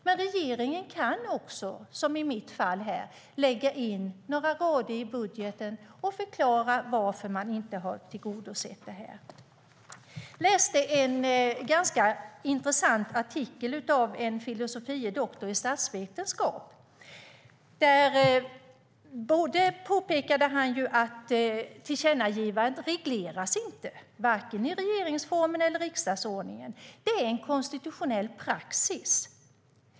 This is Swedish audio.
Men regeringen kan också, som i mitt fall, lägga in några rader i budgeten och förklara varför den inte har tillgodosett tillkännagivandet. Jag läste en intressant artikel av en filosofie doktor i statsvetenskap. Han påpekade att tillkännagivanden inte regleras i vare sig regeringsformen eller riksdagsordningen utan är en konstitutionell praxis.